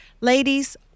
ladies